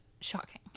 shocking